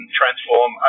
transform